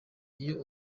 iyo